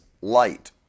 light